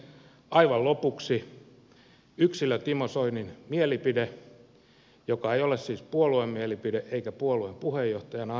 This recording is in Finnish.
aivan lopuksi yksilö timo soinin mielipide joka ei ole siis puolueen mielipide eikä puolueen puheenjohtajana annettu mielipide